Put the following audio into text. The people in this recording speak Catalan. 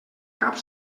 cap